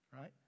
Right